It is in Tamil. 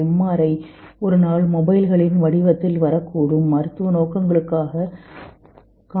ஐ ஒருநாள் மொபைல்களின் வடிவத்தில் வரக்கூடும் மருத்துவ நோக்கங்களுக்காக காந்தம்